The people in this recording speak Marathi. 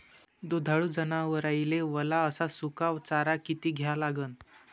दुधाळू जनावराइले वला अस सुका चारा किती द्या लागन?